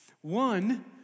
One